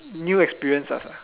new experiences ah